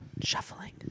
Shuffling